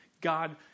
God